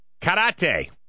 karate